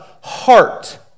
heart